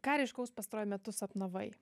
ką raiškaus pastaruoju metu sapnavai